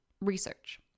research